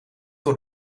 door